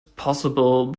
possible